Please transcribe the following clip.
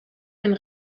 einen